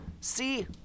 See